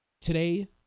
Today